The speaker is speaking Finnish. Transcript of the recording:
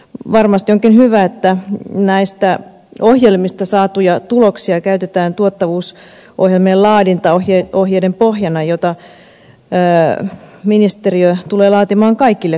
varmasti onkin hyvä että näistä ohjelmista saatuja tuloksia käytetään tuottavuusohjelmien laadintaohjeiden pohjana jota ministeriö tulee laatimaan kaikille kunnille